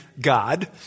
God